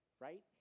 right